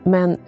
Men